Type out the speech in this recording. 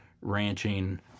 ranching